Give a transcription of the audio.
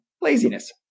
Laziness